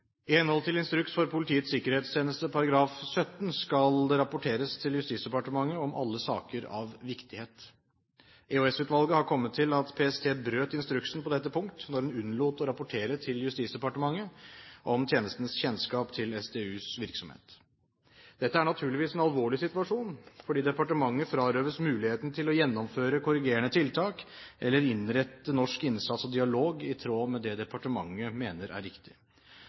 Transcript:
I henhold til instruks for Politiets sikkerhetstjeneste § 17 skal det rapporteres til Justisdepartementet om alle saker av viktighet. EOS-utvalget har kommet til at PST brøt instruksen på dette punkt når de unnlot å rapportere til Justisdepartementet om tjenestens kjennskap til SDUs virksomhet. Dette er naturligvis en alvorlig situasjon, fordi departementet frarøves muligheten til å gjennomføre korrigerende tiltak eller innrette norsk innsats og dialog i tråd med det departementet mener er riktig.